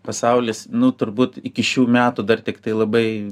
pasaulis nu turbūt iki šių metų dar tiktai labai